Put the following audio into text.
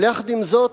אבל יחד עם זאת,